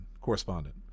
correspondent